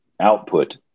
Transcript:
output